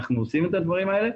אנחנו עושים את הדברים האלה,